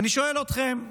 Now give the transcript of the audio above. אני שואל אתכם,